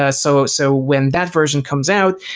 ah so so when that version comes out,